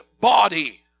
body